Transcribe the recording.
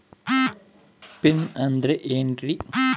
Pin ಅಂದ್ರೆ ಏನ್ರಿ?